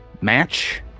match